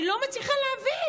אני לא מצליחה להבין.